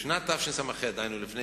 בשנת תשס"ח, דהיינו לפני